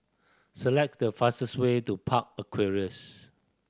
select the fastest way to Park Aquarias